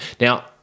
Now